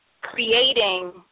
creating